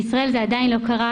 בישראל זה עדיין לא קרה.